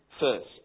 first